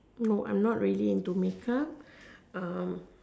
no I am not really into make up